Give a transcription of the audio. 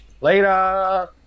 Later